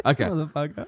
Okay